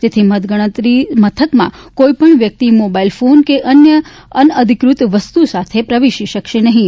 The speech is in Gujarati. જેથી મતદાન ગણતરી મથકમાં કોઇ પણ વ્યક્તિ મોબાઇલ ફોન કે અન્ય અનધિકૃત વસ્તુ સાથે પ્રવેશી શકશે નહીં